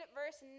verse